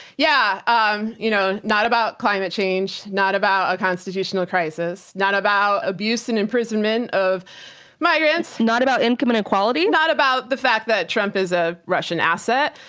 yeah um you know not about climate change, not about constitutional crisis, not about abuse and imprisonment of migrants. not about income inequality? not about the fact that trump is a russian asset.